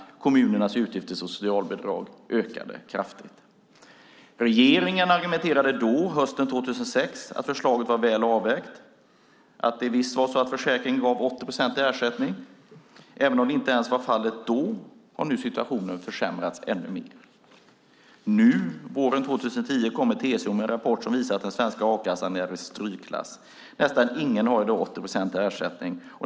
Kommunernas utgifter för socialbidrag ökade kraftigt. Regeringen argumenterade då, hösten 2006, för att förslaget var väl avvägt, att det visst var så att försäkringen gav 80 procent i ersättning, även om det inte ens var fallet då. Nu har situationen försämrats ännu mer. Nu, våren 2010, kommer TCO med en rapport som visar att den svenska a-kassan är nere i strykklass. Nästan ingen har i dag 80 procents ersättning.